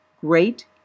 great